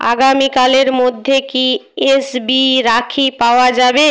আগামীকালের মধ্যে কি এস বি ই রাখি পাওয়া যাবে